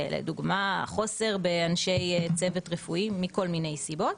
לדוגמה חוסר באנשי צוות רפואי שנובע מכל מיני סיבות.